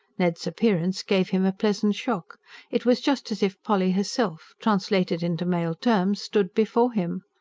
ned's appearance gave him a pleasant shock it was just as if polly herself, translated into male terms, stood before him.